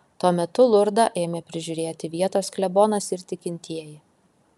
tuo metu lurdą ėmė prižiūrėti vietos klebonas ir tikintieji